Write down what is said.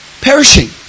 perishing